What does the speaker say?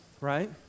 right